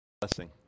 blessing